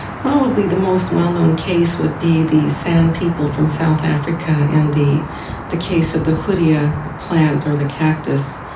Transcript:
probably the most well known case would be the san people from south africa and the the case of the hoodia plant or the cactus.